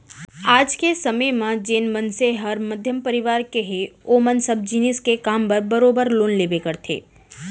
आज के समे म जेन मनसे हर मध्यम परवार के हे ओमन सब जिनिस के काम बर बरोबर लोन लेबे करथे